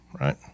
right